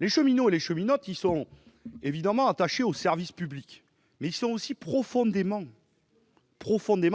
les cheminots et cheminotes sont évidemment attachés au service public, ils sont aussi profondément